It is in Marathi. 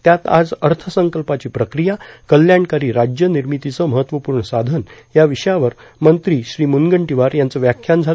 त्यात आज अर्थसंकल्पाची प्रकिया कल्याणकारी राज्य निर्मितीचं महत्वपूर्ण साधन या विषयावर मंत्री श्री मुनगंटीवार यांचं व्याख्यान झालं